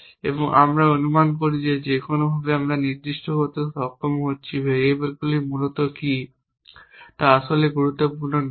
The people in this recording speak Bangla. এবং আমরা অনুমান করি যে কোনভাবে আমরা নির্দিষ্ট করতে সক্ষম হচ্ছি ভেরিয়েবলগুলি মূলত কী তা আসলেই গুরুত্বপূর্ণ নয়